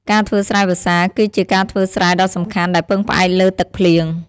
ការធ្វើស្រែវស្សា គឺជាការធ្វើស្រែដ៏សំខាន់ដែលពឹងផ្អែកលើទឹកភ្លៀង។